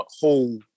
whole